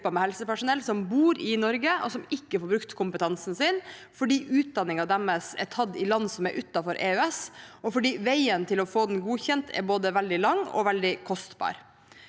med helsepersonell som bor i Norge og som ikke får brukt kompetansen sin fordi utdanningen deres er tatt i land som er utenfor EØS, og fordi veien til å få den godkjent er både veldig lang og veldig kostbar.